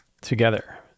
together